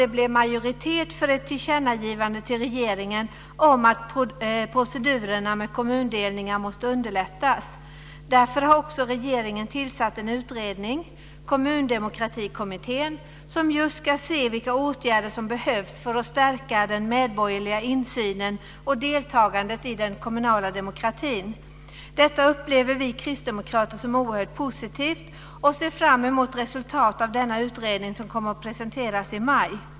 Det blev majoritet för ett tillkännagivande till regeringen om att procedurerna med kommundelningar måste underlättas. Därför har också regeringen tillsatt en utredning, Kommundemokratikommittén, som just ska se vilka åtgärder som behövs för att stärka den medborgerliga insynen och deltagandet i den kommunala demokratin. Detta upplever vi kristdemokrater som oerhört positivt, och vi ser fram emot resultatet av den utredning som kommer att presenteras i maj.